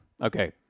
Okay